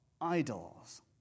idols